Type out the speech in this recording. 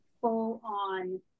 full-on